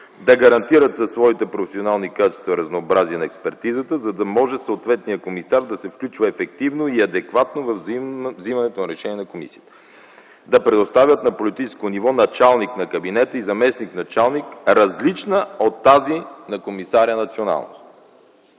да гарантират със своите професионални качества разнообразие на експертизата, за да може съответният комисар да се включва ефективно и адекватно във вземането на решения на Комисията; - да представят на политическо ниво - началник на кабинета и заместник-началник, различна от тази на комисаря националност;